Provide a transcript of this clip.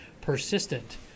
persistent